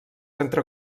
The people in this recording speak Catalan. entre